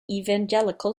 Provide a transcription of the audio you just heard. evangelical